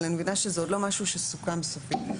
אני מבינה שזה עוד לא משהו שסוכם סופית.